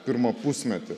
pirmą pusmetį